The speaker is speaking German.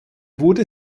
wurde